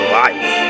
life